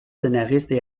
scénaristes